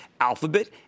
Alphabet